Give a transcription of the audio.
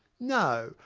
no!